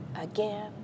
again